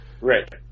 Right